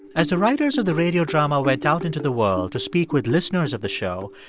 as the writers of the radio drama went out into the world to speak with listeners of the show,